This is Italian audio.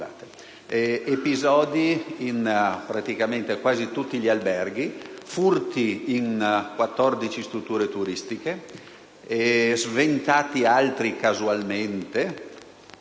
episodi in quasi tutti gli alberghi, furti in 14 strutture turistiche, altri casi sventati casualmente.